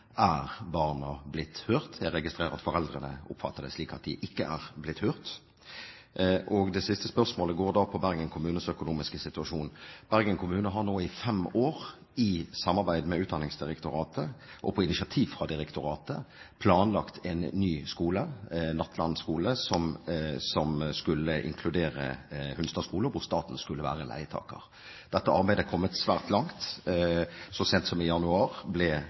Er barna blitt hørt? Jeg registrerer at foreldrene oppfatter det slik at de ikke er blitt hørt. Det siste spørsmålet går på Bergen kommunes økonomiske situasjon. Bergen kommune har nå i fem år i samarbeid med Utdanningsdirektoratet og på initiativ fra direktoratet planlagt en ny skole, Nattland skole, som skulle inkludere Hunstad skole, og hvor staten skulle være leietaker. Dette arbeidet er kommet svært langt. Så sent som i januar ble